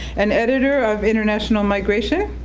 an editor of international migration,